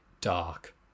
dark